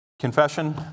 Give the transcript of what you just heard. confession